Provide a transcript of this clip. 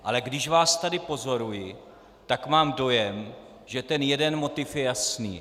Ale když vás tady pozoruji, tak mám dojem, že ten jeden motiv je jasný.